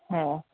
হ্যাঁ